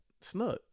snuck